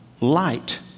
light